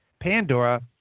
Pandora